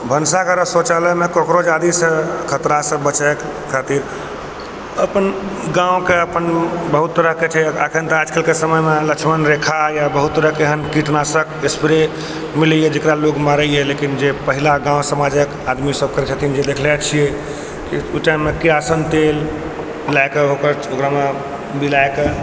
भनसाघर आओर शौचालयमे कोकरोच आदिसँ खतरासँ बचै खातिर अपन गाँवके अपन बहुत तरहके छै एखन तऽ आजकलके समयमे लक्ष्मण रेखा या बहुत तरहके एहन कीटनाशक एस्प्रे मिलैए जकरा लोक मारैए लेकिन जे पहिला गाँव समाजके आदमी सब करै छथिन जे देखलै छिए कि ओ टाइममे किरासन तेल लऽ कऽ ओकर ओकरामे मिलाकऽ